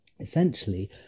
essentially